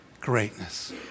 greatness